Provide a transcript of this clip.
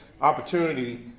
opportunity